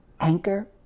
anchor